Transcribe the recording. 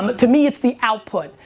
but to me, it's the output,